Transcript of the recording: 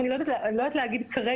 אני לא יודעת להגיד כרגע,